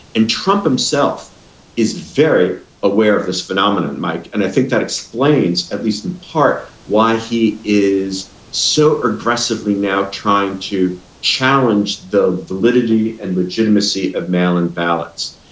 and trump himself is very aware of this phenomenon, mike. and i think that explains, at least in part, why he is so aggressively now trying to challenge the validity and legitimacy of mail in ballots,